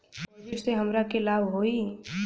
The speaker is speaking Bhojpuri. डिपाजिटसे हमरा के का लाभ होई?